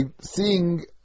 seeing